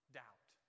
doubt